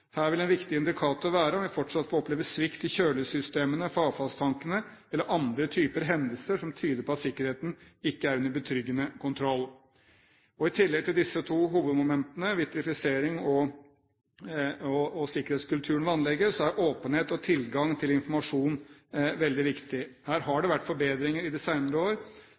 Her vil en viktig indikator være om vi fortsatt får oppleve svikt i kjølesystemene for avfallstankene eller andre typer hendelser som tyder på at sikkerheten ikke er under betryggende kontroll. I tillegg til disse to hovedmomentene – vitrifisering og sikkerhetskulturen ved anlegget – er åpenhet og tilgang til informasjon veldig viktig. Her har det vært forbedringer i de senere år,